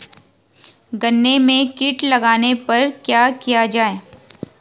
गन्ने में कीट लगने पर क्या किया जाये?